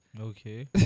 Okay